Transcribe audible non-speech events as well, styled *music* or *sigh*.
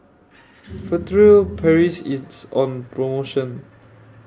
*noise* Furtere Paris IS on promotion